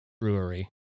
Brewery